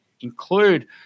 Include